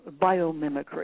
Biomimicry